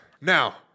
Now